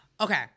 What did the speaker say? Okay